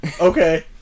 Okay